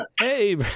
hey